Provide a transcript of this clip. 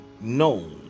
known